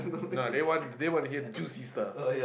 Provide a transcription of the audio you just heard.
no they want they want to hear the juicy stuff